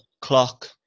clock